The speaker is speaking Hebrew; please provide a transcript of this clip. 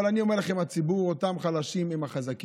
אבל אני אומר לכם, הציבור, אותם חלשים, הם החזקים,